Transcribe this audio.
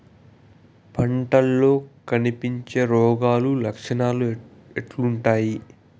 పంటల్లో కనిపించే రోగాలు లక్షణాలు ఎట్లుంటాయి?